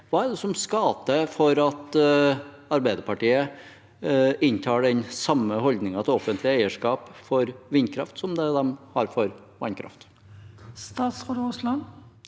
Hva er det som skal til for at Arbeiderpartiet inntar den samme holdningen til offentlig eierskap for vindkraft som det de har for vannkraft? Statsråd Terje